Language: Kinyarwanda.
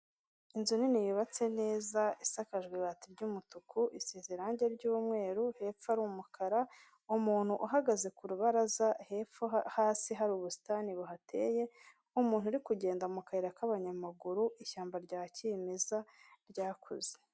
Inzu nini yubatse neza isakajwe ibati ry'umutuku isize irangi ry'umweru hepfo ari umukara, umuntu uhagaze ku rubaraza, hepfo hasi hari ubusitani buhateye, umuntu uri kugenda mu kayira k'abanyamaguru, ishyamba rya kimeza ryakuze.